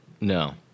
No